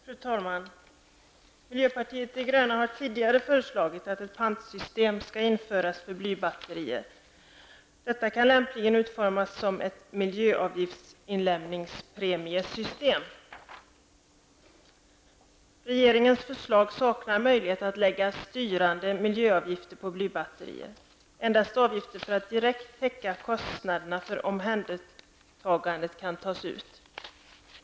Fru talman! Miljöpartiet de gröna har tidigare föreslagit att ett pantsystem skall införas för blybatterier. Detta kan lämpligen utformas som ett miljöavgiftsbaserat inlämningspremiesystem. Med regeringens förslag saknar man möjligheter att lägga styrande miljöavgifter på blybatterier. Endast avgifter för att direkt täcka kostnader för omhändertagande kan tas ut.